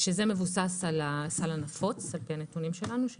זה מבוסס על הסל הנפוץ לפי הנתונים שלנו.